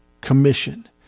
commission